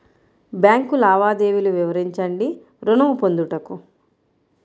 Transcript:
Bank లావాదేవీలు వివరించండి ఋణము పొందుటకు?